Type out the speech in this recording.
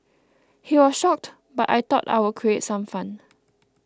he was shocked but I thought I'd create some fun